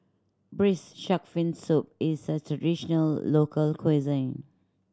Braised Shark Fin Soup is a traditional local cuisine